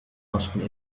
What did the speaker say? ersten